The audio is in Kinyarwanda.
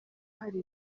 hari